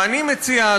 ואני מציע,